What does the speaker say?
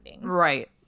right